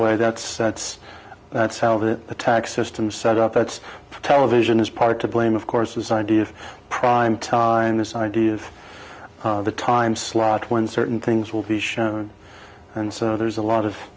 way that's that's that's how that tax system set up that's for television is part to blame of course this idea of prime time this idea of the time slot when certain things will be shown and so there's a lot of